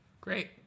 Great